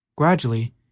Gradually